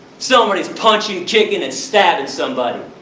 somebody is punching, kicking and stabbing somebody.